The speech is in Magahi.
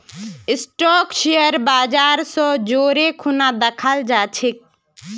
स्टाक शेयर बाजर स जोरे खूना दखाल जा छेक